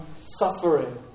suffering